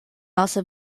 also